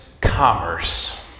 commerce